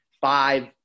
five